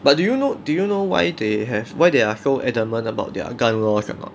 but do you know do you know why they have why they are so adamant about their gun laws or not